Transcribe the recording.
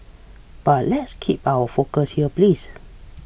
but let's keep our focus here please